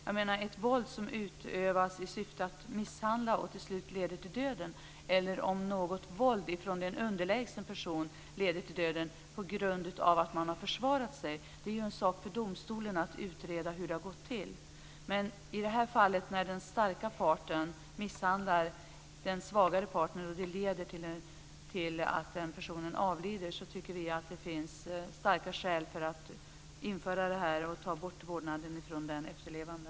Det är domstolen som får utreda om det är fråga om våld som utövas i syfte att misshandla och som till slut leder till döden eller våld i försvar från en underlägsen person som leder till döden. Men i det här fallet när den starke parten misshandlar den svagare parten och den svagare avlider tycker vi att det finns starka skäl att ta bort vårdnaden från den efterlevande.